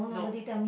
no